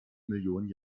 millionen